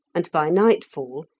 and by nightfall,